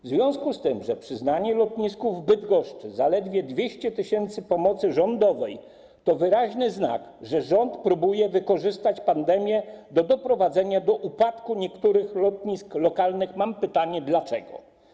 W związku z tym, że przyznanie lotnisku w Bydgoszczy zaledwie 200 tys. pomocy rządowej to wyraźny znak, że rząd próbuje wykorzystać pandemię do doprowadzenia do upadku niektórych lotnisk lokalnych, mam pytanie: Dlaczego?